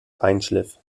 feinschliff